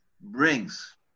brings